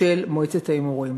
של מועצת ההימורים.